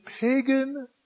pagan